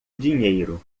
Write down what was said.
dinheiro